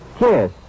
Yes